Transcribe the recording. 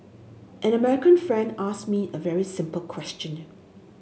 an American friend asked me a very simple question